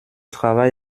travail